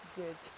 good